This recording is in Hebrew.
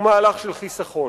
הוא מהלך של חיסכון.